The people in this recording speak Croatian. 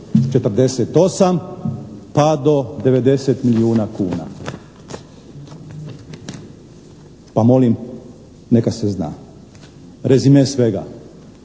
48 pa do 90 milijuna kuna, pa molim, neka se zna. Rezime svega.